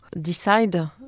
decide